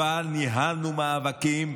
ניהלנו מאבקים,